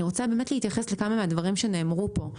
אני רוצה להתייחס לכמה מהדברים שנאמרו פה.